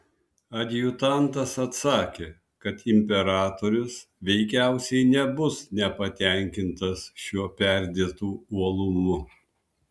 adjutantas atsakė kad imperatorius veikiausiai nebus nepatenkintas šiuo perdėtu uolumu